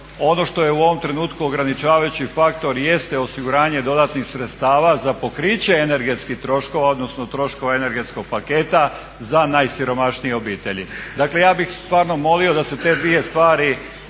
Ono što je u ovom trenutku ograničavajući faktor jeste osiguranje dodatnih sredstava za pokriće energetskih troškova odnosno troškova energetskog paketa za najsiromašnije obitelji. Dakle ja bih stvarno molio da se te dvije stvari